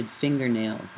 fingernails